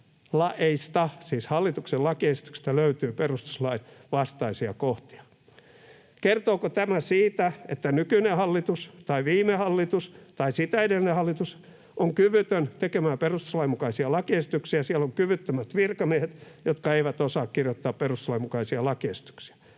laeista, siis hallituksen lakiesityksistä, löytyy perustuslain vastaisia kohtia. Kertooko tämä siitä, että nykyinen hallitus tai viime hallitus tai sitä edellinen hallitus on kyvytön tekemään perustuslain mukaisia lakiesityksiä, siellä on kyvyttömät virkamiehet, jotka eivät osaa kirjoittaa perustuslain mukaisia lakiesityksiä?